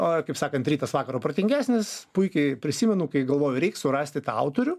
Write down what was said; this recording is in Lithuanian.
oi kaip sakant rytas vakaro protingesnis puikiai prisimenu kai galvoju reik surasti tą autorių